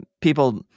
people